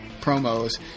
promos